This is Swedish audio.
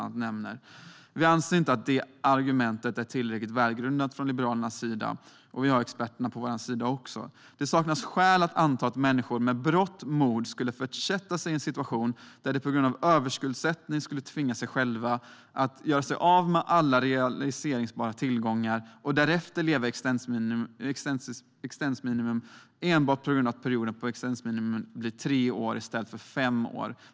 Vi liberaler anser inte att det argumentet är tillräckligt välgrundat, och vi har experterna på vår sida. Det saknas skäl att anta att människor med berått mod skulle försätta sig i en situation där de på grund av överskuldsättning skulle tvingas göra sig av med alla realiserbara tillgångar och därefter leva på existensminimum enbart på grund av att den period man ska leva på existensminimum blir tre år i stället för fem.